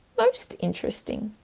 most interesting!